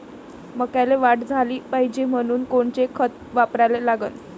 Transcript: मक्याले वाढ झाली पाहिजे म्हनून कोनचे खतं वापराले लागन?